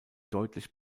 deutlich